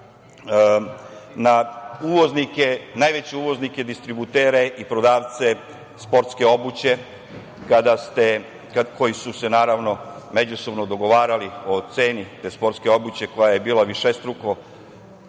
na najveće uvoznike, distributere i prodavce sportske obuće koji su se, naravno, međusobno dogovarali o ceni te sportske obuće koja je bila višestruko,